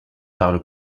parle